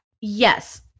Yes